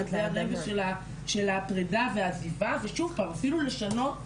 זה הרג של הפרידה ושוב פעם אפילו לשנות,